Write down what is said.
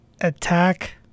Attack